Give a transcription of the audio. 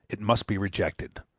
it must be rejected,